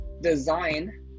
Design